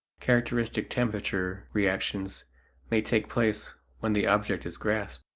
characteristic temperature reactions may take place when the object is grasped.